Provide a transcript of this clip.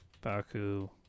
baku